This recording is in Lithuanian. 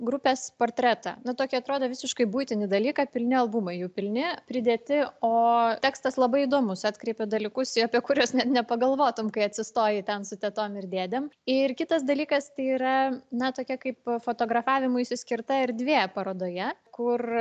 grupės portretą nu tokį atrodo visiškai buitinį dalyką pilni albumai jų pilni pridėti o tekstas labai įdomus atkreipė dalykus apie kuriuos net nepagalvotum kai atsistoji ten su tetom ir dėdėm ir kitas dalykas tai yra na tokia kaip fotografavimuisi skirta erdvė parodoje kur